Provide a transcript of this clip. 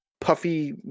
puffy